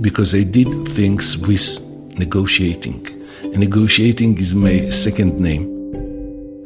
because i did things with negotiating. and negotiating is my second name